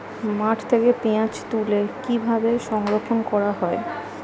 মাঠ থেকে পেঁয়াজ তুলে কিভাবে সংরক্ষণ করা হয়?